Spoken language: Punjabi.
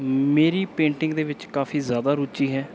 ਮੇਰੀ ਪੇਂਟਿੰਗ ਦੇ ਵਿੱਚ ਕਾਫੀ ਜ਼ਿਆਦਾ ਰੁਚੀ ਹੈ